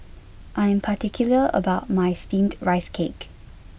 I am particular about my steamed rice cake